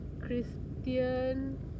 Christian